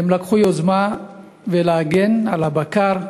לקחו יוזמה כדי להגן על הבקר,